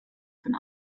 von